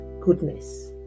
goodness